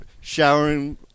Showering